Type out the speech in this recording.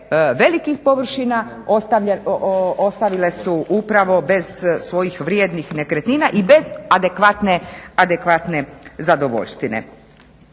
velikih površina ostavile su upravo bez svojih vrijednih nekretnina i bez adekvatne zadovoljštine.